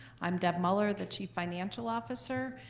i'm deb muller, the chief financial officer,